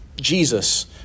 Jesus